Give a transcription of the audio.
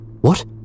What